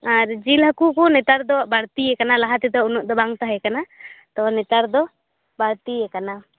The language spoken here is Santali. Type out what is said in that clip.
ᱟᱨ ᱡᱤᱞ ᱦᱟᱹᱠᱩᱦᱚ ᱱᱮᱛᱟᱨ ᱫᱚ ᱵᱟᱹᱲᱛᱤᱭᱟ ᱠᱟᱱᱟ ᱞᱟᱦᱟᱛᱮᱫᱚ ᱩᱱᱟᱹᱜ ᱫᱚ ᱵᱟᱝ ᱛᱟᱦᱮᱸ ᱠᱟᱱᱟ ᱛᱚ ᱱᱮᱛᱟᱨ ᱫᱚ ᱵᱟᱲᱛᱤᱭᱟ ᱠᱟᱱᱟ